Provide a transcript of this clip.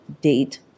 date